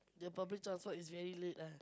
the public transport is very late ah